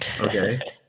Okay